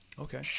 okay